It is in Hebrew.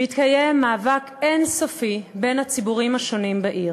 והתקיים מאבק אין-סופי בין הציבורים השונים בה.